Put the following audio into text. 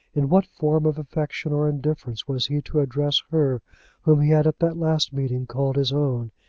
in what form of affection or indifference was he to address her whom he had at that last meeting called his own,